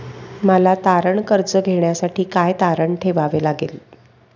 मला तारण कर्ज घेण्यासाठी काय तारण ठेवावे लागेल?